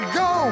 go